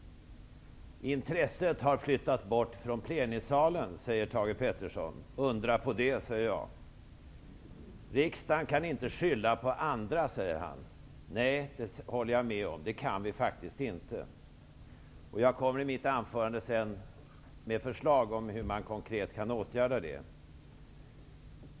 Intresset har flyttas bort från plenisalen, säger Thage G Peterson. Undra på det, säger jag. Riksdagen kan inte skylla på andra, säger han. Nej, det håller jag med om. Det kan vi faktiskt inte. Jag kommer senare i mitt anförande med förslag om hur man konkret kan åtgärda det.